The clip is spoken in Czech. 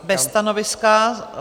Bez stanoviska.